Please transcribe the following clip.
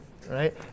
Right